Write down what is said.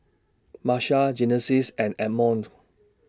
Marsha Genesis and Edmond